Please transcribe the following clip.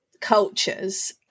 cultures